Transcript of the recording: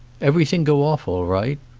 everything go off all right?